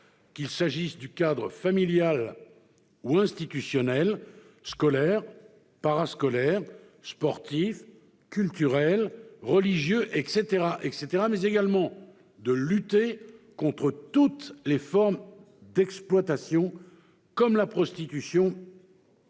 qu'il s'agisse du cadre familial ou institutionnel- scolaire, parascolaire, sportif, culturel, religieux, etc. -, mais également contre toutes les formes d'exploitation, comme la prostitution,